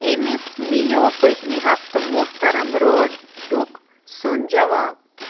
أمِس میلیو پٔتۍمہِ ہفتہٕ محترَم روڈُک سُنٛد جواب